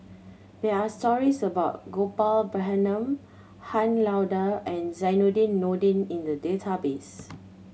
there are stories about Gopal Baratham Han Lao Da and Zainudin Nordin in the database